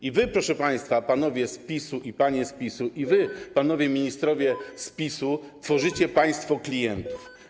I wy, proszę państwa, panowie z PiS-u i panie z PiS-u, i wy, panowie ministrowie z PiS-u tworzycie państwo klientów.